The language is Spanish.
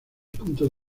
puntos